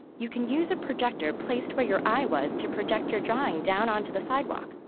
you can use a projector placed where your eye was to project your drawing down onto the sidewalk,